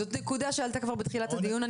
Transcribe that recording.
זאת נקודה שעלתה כבר בתחילת הדיון.